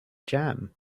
jam